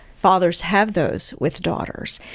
fathers have those with daughters,